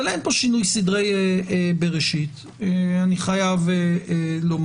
אבל אין פה שינוי סדרי בראשית, אני חייב לומר.